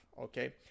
okay